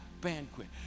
banquet